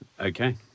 Okay